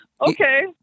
okay